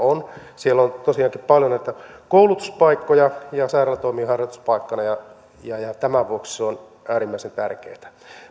ovat siellä on tosiaankin paljon näitä koulutuspaikkoja ja sairaala toimii harjoituspaikkana ja ja tämän vuoksi se on äärimmäisen tärkeätä